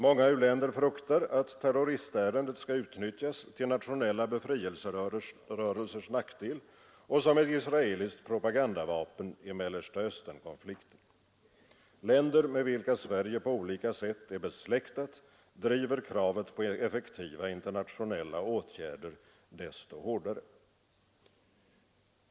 Många u-länder fruktar att terroristärendet skall utnyttjas till nationella befrielserörelsers nackdel och som ett israeliskt propagandavapen i Mellersta Östern-konflikten. Länder med vilka Sverige på olika sätt är besläktat driver kravet på effektiva internationella åtgärder desto hårdare.